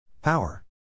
Power